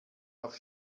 noch